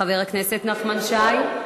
חבר הכנסת נחמן שי,